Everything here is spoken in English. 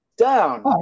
Down